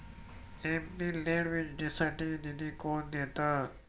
MP LAD योजनेसाठी निधी कोण देतं?